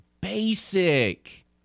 basic